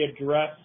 address